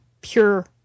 pure